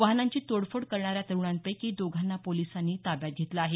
वाहनांची तोडफोड करणाऱ्या तरुणांपैकीकी दोघांना पोलिसांनी ताब्यात घेतलं आहे